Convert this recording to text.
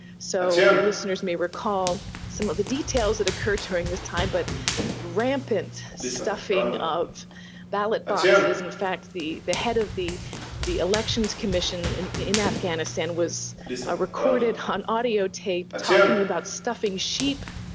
so your listeners may recall some of the details that occurred during this time, but rampant stuffing of ballot boxes, in fact the the head of the the elections commission in in afghanistan was ah recorded on audio tape talking about stuffing sheep,